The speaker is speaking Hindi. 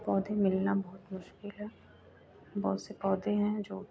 पौधे मिलना बहुत मुश्किल है बहुत से पौधे हैं जो